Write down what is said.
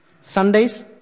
Sundays